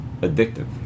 addictive